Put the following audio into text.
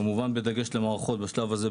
כמובן בדגש למערכות בשלב הזה,